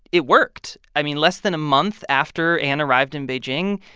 it worked. i mean, less than a month after anne arrived in beijing,